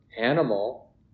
animal